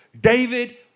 David